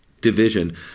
division